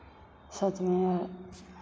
सातवें